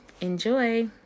enjoy